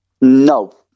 No